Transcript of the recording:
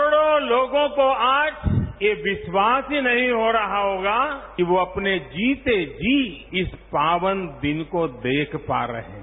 करोडों लोगों को आज ये विश्वास ही नहीं हो रहा होगा कि वो अपने जीते जी इस पावन दिन को देख पा रहे हैं